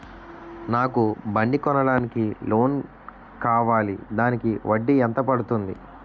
నాకు బండి కొనడానికి లోన్ కావాలిదానికి వడ్డీ ఎంత పడుతుంది?